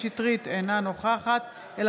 אינו נוכח קטי קטרין שטרית,